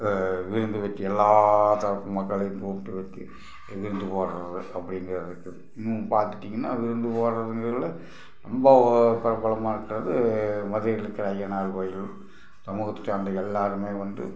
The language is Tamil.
விருந்து வெச்சு எல்லா தரப்பு மக்களையும் கூப்பிட்டு வெச்சு விருந்து போடுறது அப்படிங்கிறதுக்கு இன்னும் பார்த்துட்டீங்கன்னா விருந்து போடுறதுங்கிறத விட ரொம்ப பிரபலமாக இருக்கிறது மதுரையில் இருக்கிற அய்யனார் கோயில் சமூகத்தை சார்ந்த எல்லாேருமே வந்து